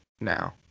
Now